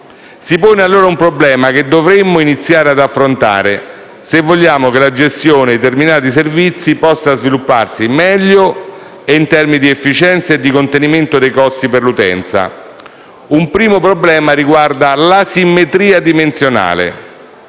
Si pone, allora, un problema che dovremmo iniziare ad affrontare, se vogliamo che la gestione di determinati servizi possa svilupparsi meglio e in termini di efficienza e di contenimento dei costi per l'utenza. Un primo problema riguarda l'asimmetria dimensionale